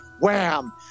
wham